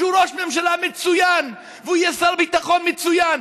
שהוא ראש ממשלה מצוין והוא יהיה שר ביטחון מצוין,